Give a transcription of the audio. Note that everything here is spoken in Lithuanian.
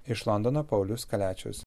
iš londono paulius kaliačius